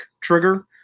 trigger